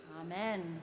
Amen